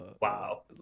wow